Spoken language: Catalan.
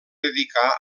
dedicar